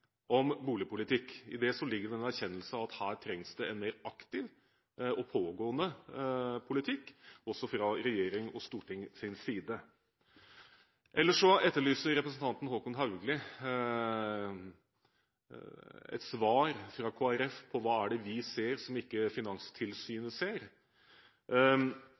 om boligpolitikk. I det ligger det en erkjennelse av at her trengs det en mer aktiv og pågående politikk, også fra regjeringens og Stortingets side. Representanten Håkon Haugli etterlyser et svar fra Kristelig Folkeparti på hva det er vi ser, som ikke Finanstilsynet ser.